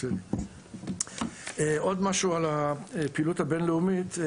עוד משהו על הפעילות הבינלאומית.